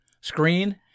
screen